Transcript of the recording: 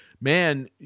man